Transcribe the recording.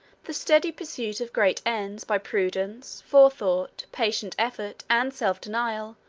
the steady pursuit of great ends by prudence, forethought, patient effort, and self-denial,